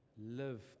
live